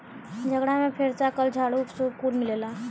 झगड़ा में फेरसा, कल, झाड़ू, सूप कुल मिलेला